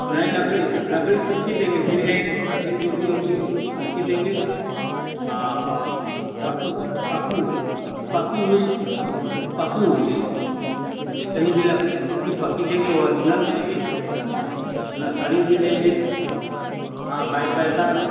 नही लकड़ी लड़की सूखी देंगे गीली नहीं देंगे लकड़ी जो भी होगी सूखी देंगे हाँ पाकुस पाकुस पकी हुई पकी हुई देंगे जितनी भी लकड़ी है सूखी पकी देंगे वर्जिनल देंगे न सड़ी हुई देंगे हाँ भाई पैसा